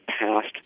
past